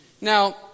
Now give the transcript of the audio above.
Now